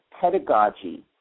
pedagogy